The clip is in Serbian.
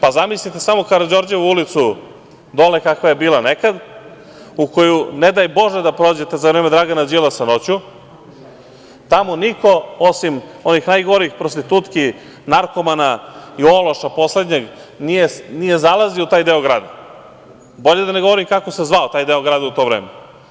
Pa, zamislite samo Karađorđevu ulicu, dole, kakva je bila nekad u koju ne daj Bože da prođete za vreme Dragana Đilasa noću, tamo niko osim onih najgorih prostitutki, narkomana i ološa poslednjeg nije zalazio u taj deo grada, bolje da ne govorim kako se zvao taj deo grada u to vreme.